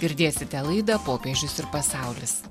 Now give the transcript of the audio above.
girdėsite laidą popiežius ir pasaulis